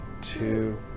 two